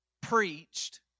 Preached